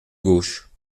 gauche